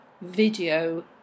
video